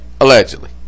allegedly